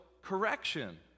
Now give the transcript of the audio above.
correction